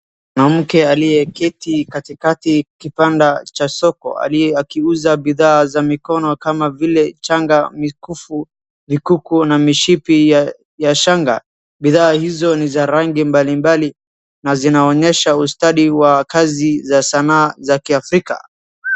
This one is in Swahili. Mwanamke aliyeketi katikati kibanda cha soko aliye akiuza bidhaa za mikono kama vile shaga, mikufu, mikuku na mishipi ya shaga. Bidhaa hizo ni za rangi mbali mbali na zinaonyesha ustadi wa kazi za sanaa za kiafrika.